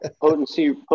potency